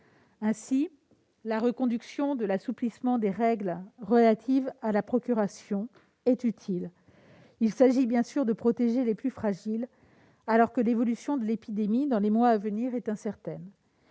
Ainsi, la reconduction de l'assouplissement des règles relatives à la procuration est utile. Il s'agit non seulement de protéger les plus fragiles, alors que l'évolution de l'épidémie dans les mois à venir est incertaine,